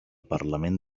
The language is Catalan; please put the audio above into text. parlament